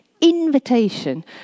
invitation